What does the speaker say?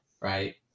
right